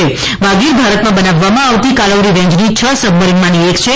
વાગીર ભારતમાં બનાવવામાં આવતી કાલવરી રેન્જની છ સબમરીનમાંથી એક છે